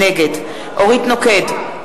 נגד אורית נוקד,